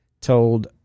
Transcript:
told